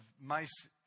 mice